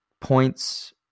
points